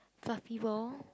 fluffy ball